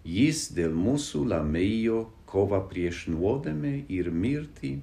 jis dėl mūsų laimėjo kovą prieš nuodėmę ir mirtį